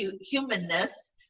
humanness